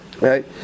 right